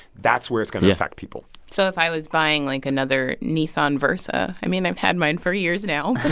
that's where it's going to affect people so if i was buying, like, another nissan versa i mean, i've had mine for years now